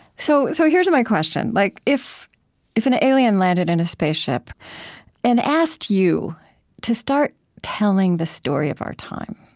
so so here's my question. like if if an alien landed in a spaceship and asked you to start telling the story of our time,